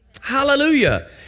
Hallelujah